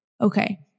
Okay